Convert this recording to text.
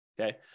okay